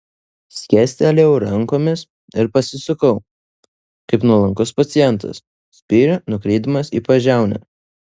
skėstelėjau rankomis ir pasisukau kaip nuolankus pacientas spyrį nukreipdamas į pažiaunę